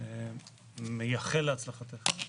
ומייחל להצלחתך.